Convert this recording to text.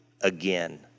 again